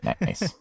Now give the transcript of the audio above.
Nice